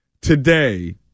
Today